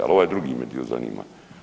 Ali ovaj drugi me dio zanima.